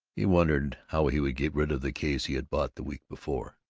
he wondered how he would get rid of the case he had bought the week before.